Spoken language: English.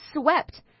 swept